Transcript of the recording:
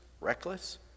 Reckless